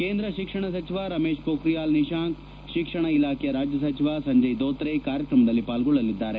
ಕೇಂದ ಶಿಕ್ಷಣ ಸಚಿವ ರಮೇಶ್ ಪೋಖಿಯಾಲ್ ನಿಶಾಂಕ್ ಶಿಕ್ಷಣ ಇಲಾಖೆಯ ರಾಜ್ಯ ಸಚಿವ ಸಂಜಯ್ ಧೋತ್ರೆ ಕಾರ್ಯಕ್ರಮದಲ್ಲಿ ಪಾಲ್ಗೊಳ್ಳಲಿದ್ದಾರೆ